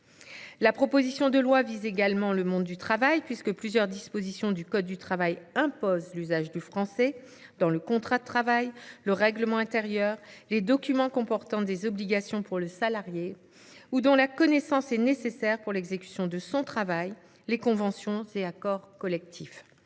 au dispositif. Ce texte vise également le monde du travail, puisque plusieurs dispositions du code du travail imposent l’usage du français dans le contrat de travail, le règlement intérieur, les documents comportant des obligations pour le salarié ou dont la connaissance est nécessaire pour l’exécution de son travail, les conventions et accords collectifs.